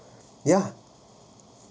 ya